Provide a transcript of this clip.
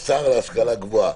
רווחה.